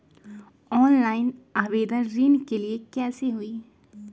Online आवेदन ऋन के लिए कैसे हुई?